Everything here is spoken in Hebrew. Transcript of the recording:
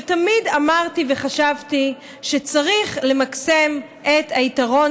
ותמיד אמרתי וחשבתי שצריך למקסם את היתרון